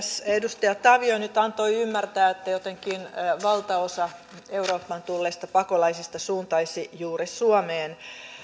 edustaja tavio nyt antoi ymmärtää että jotenkin valtaosa eurooppaan tulleista pakolaisista suuntaisi juuri suomeen